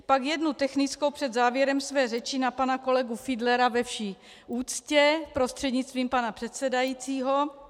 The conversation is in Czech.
Pak jednu technickou před závěrem své řeči na pana kolegu Fiedlera ve vší úctě, prostřednictvím pana předsedajícího.